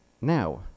now